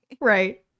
right